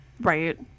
Right